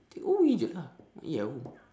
takeaway jer lah then eat at home